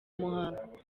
muhango